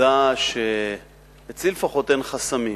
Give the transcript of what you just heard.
העובדה שאצלי לפחות אין חסמים.